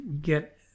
get